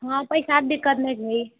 हँ पैसाके दिक्कत नै होतऽ